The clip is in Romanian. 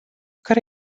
care